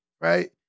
right